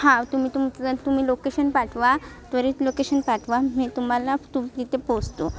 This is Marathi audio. हां तुम्ही तुमचं तुम्ही लोकेशन पाठवा त्वरित लोकेशन पाठवा मी तुम्हाला तुम्ही तिथे पोचतो